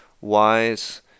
wise